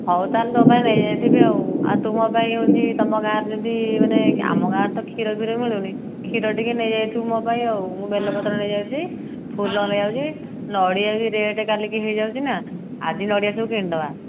ହଉ ତା'ହେଲେ ତୋ ପାଇଁ ନେଇଯାଇଥିବି ଆଉ ଆଉ ତୁ ମୋ ପାଇଁ ହେଉଛି ତୁମ ଗାଁରେ ଯଦି ମାନେ ଆମ ଗାଁରେ ତ କ୍ଷୀର ଫିର ମିଳୁନି କ୍ଷୀର ଟିକିଏ ନେଇଯାଇଥିବୁ ମୋ ପାଇଁ ଆଉ ମୁଁ ବେଲପତ୍ର ନେଇଯାଉଛି ଫୁଲ ନେଇଯାଉଛି ନଡ଼ିଆ ବି ରେଟ୍ କାଲିକି ହୋଇଯାଉଛି ନା ଆଜି ନଡ଼ିଆ ସବୁ କିଣିନେବା